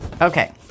okay